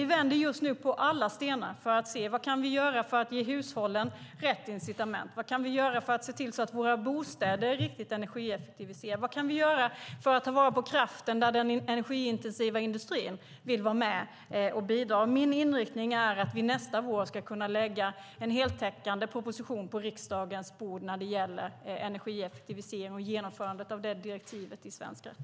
Vi vänder just nu på alla stenar för att se vad som kan göras för att ge hushållen rätt incitament, se till så att bostäder är riktigt energieffektiva och för att ta vara på elkraften när den energiintensiva industrin vill vara med och bidra. Min inriktning är att vi nästa vår ska lägga fram en heltäckande proposition på riksdagens bord i fråga om ett genomförande av direktivet om energieffektivisering i svensk rätt.